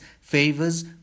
favors